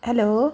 hello